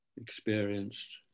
experienced